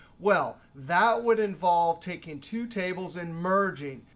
well, that would involve taking two tables and merging.